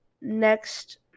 next